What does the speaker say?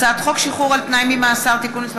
הצעת חוק שחרור על תנאי ממאסר (תיקון מס'